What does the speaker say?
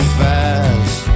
fast